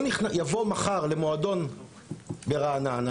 הוא יבוא מחר למועדון ברעננה,